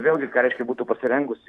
vėlgi ką reiškia būtų pasirengusi